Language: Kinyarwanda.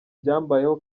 byambayeho